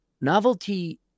Novelty